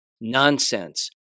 Nonsense